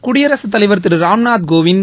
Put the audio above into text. குடியரசுத் தலைவர் திரு ராம்நாத் கோவிந்த்